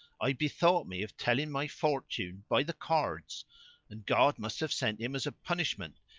i bethought me of telling my fortune by the cards and god must have sent him as a punishment.